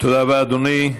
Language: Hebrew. תודה רבה, אדוני.